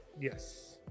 Yes